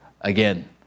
again